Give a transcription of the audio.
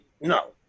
no